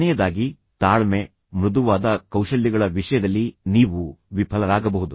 ಕೊನೆಯದಾಗಿ ತಾಳ್ಮೆ ಮೃದುವಾದ ಕೌಶಲ್ಯಗಳ ವಿಷಯದಲ್ಲಿ ನೀವು ವಿಫಲರಾಗಬಹುದು